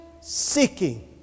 seeking